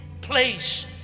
place